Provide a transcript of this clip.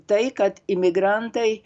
tai kad imigrantai